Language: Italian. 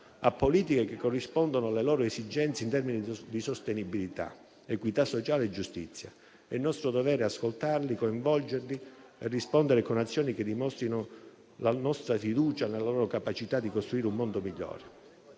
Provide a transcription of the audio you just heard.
a politiche che corrispondano alle loro esigenze in termini di sostenibilità, equità sociale e giustizia. È nostro dovere ascoltarli, coinvolgerli e rispondere con azioni che dimostrino la nostra fiducia nella loro capacità di costruire un mondo migliore.